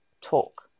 talk